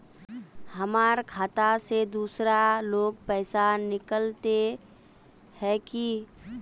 हमर खाता से दूसरा लोग पैसा निकलते है की?